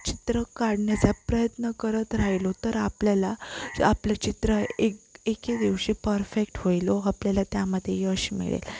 चित्र काढण्याचा प्रयत्न करत राहिलो तर आपल्याला आपलं चित्र एक एके दिवशी परफेक्ट होईल आपल्याला त्यामध्ये यश मिळेल